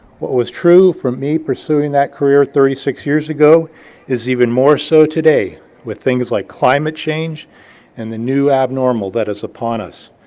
what was true for me pursuing that career thirty six years ago is even more so today with things like climate change and the new abnormal that is upon us,